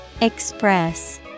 Express